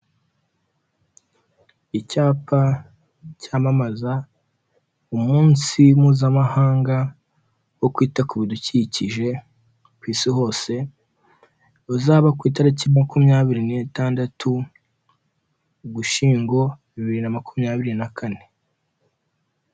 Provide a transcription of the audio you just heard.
Icyapa cyamamaza umunsi mpuzamahanga, wo kwita ku bidukikije ku isi hose, uzaba ku itariki makumyabiri n'itandatu Ugushyingo bibiri na makumyabiri na kane.